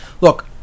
Look